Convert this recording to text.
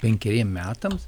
penkeriem metams